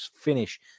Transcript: finish